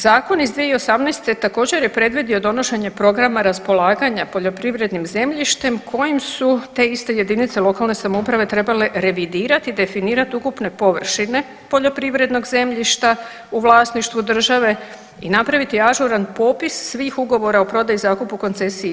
Zakon iz 2018. također je predvidio donošenje programa raspolaganja poljoprivrednim zemljištem kojim su te iste jedinice lokalne samouprave trebale revidirati definirat ukupne površine poljoprivrednog zemljišta u vlasništvu države i napraviti ažuran popis svih ugovora o prodaji, zakupu, koncesiji i sl.